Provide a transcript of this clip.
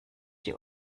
die